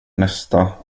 nästa